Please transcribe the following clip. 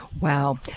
wow